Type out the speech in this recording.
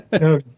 no